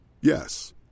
Yes